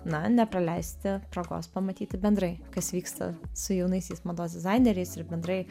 na nepraleisti progos pamatyti bendrai kas vyksta su jaunaisiais mados dizaineriais ir bendrai